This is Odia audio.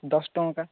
ଦଶ ଟଙ୍କା